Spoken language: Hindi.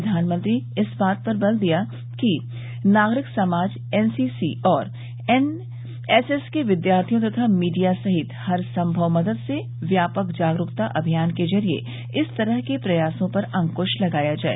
प्रधानमंत्री ने इस बात पर बल दिया कि नागरिक समाज एनसीसी और एनएसएस के विद्यार्थियों तथा मीडिया सहित हरसंभव मदद से व्यापक जागरूकता अभियान के जरिए इस तरह के प्रयासों पर अंकृश लगाया जाए